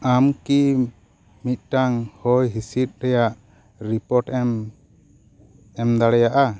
ᱟᱢ ᱠᱤ ᱢᱤᱫᱴᱟᱝ ᱦᱚᱭ ᱦᱤᱥᱤᱫ ᱨᱮᱭᱟᱜ ᱨᱤᱯᱳᱨᱴᱮᱢ ᱮᱢ ᱫᱟᱲᱮᱭᱟᱜᱼᱟ